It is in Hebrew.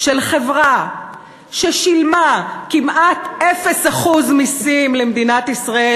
של חברה ששילמה כמעט אפס אחוז מסים למדינת ישראל